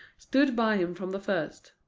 stood by him from the first